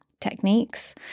techniques